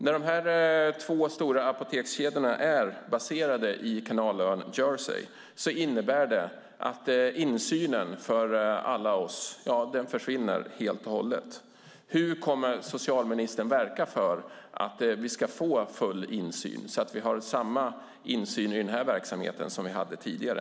När de här två stora apotekskedjorna är baserade på kanalön Jersey innebär det att insynen för oss alla helt och hållet försvinner. Hur kommer socialministern att verka för att vi ska få full insyn, så att vi har samma insyn i den här verksamheten som vi hade tidigare?